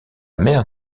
mère